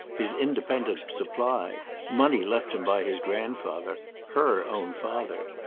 his independent supply money left him by his grandfather, her own father.